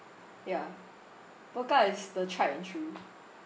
ya pokka is the tried and true